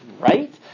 right